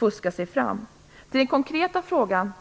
När det gäller den konkreta frågan